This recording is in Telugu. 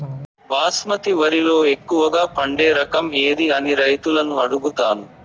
బాస్మతి వరిలో ఎక్కువగా పండే రకం ఏది అని రైతులను అడుగుతాను?